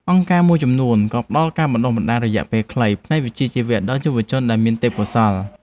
អង្គការមួយចំនួនក៏ផ្តល់ការបណ្តុះបណ្តាលរយៈពេលខ្លីផ្នែកវិជ្ជាជីវៈដល់យុវជនដែលមានទេពកោសល្យ។